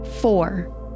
Four